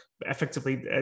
effectively